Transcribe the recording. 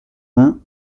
vingt